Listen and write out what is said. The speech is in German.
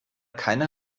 keine